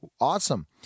Awesome